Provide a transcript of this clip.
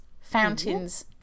fountains